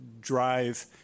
drive